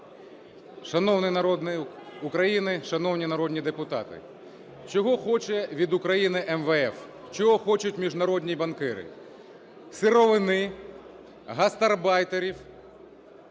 Шановні народні депутати! Чого хоче від України МВФ? Чого хочуть міжнародні банкіри? Сировини, гастарбайтерів